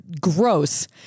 gross